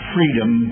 Freedom